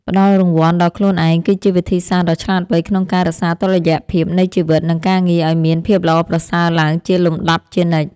ផ្ដល់រង្វាន់ដល់ខ្លួនឯងគឺជាវិធីសាស្ត្រដ៏ឆ្លាតវៃក្នុងការរក្សាតុល្យភាពនៃជីវិតនិងការងារឱ្យមានភាពល្អប្រសើរឡើងជាលំដាប់ជានិច្ច។